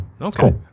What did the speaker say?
Okay